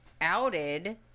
outed